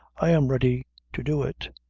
i am ready to do it.